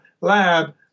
lab